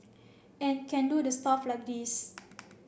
and can do the stuff like this